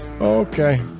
Okay